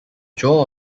jaw